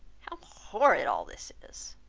how horrid all this is!